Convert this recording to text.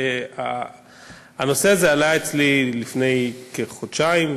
הנושא הזה עלה אצלי לפני כחודשיים,